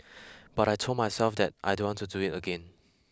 but I told myself that I don't want to do it again